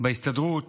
בהסתדרות